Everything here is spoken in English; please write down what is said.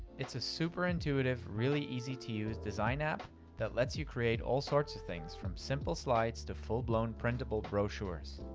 it's a super intuitive, really easy to use design app that lets you create all sorts of things from simple slides to full blown printable brochures.